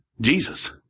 Jesus